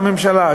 לממשלה,